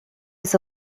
was